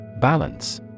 Balance